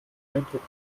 eindruck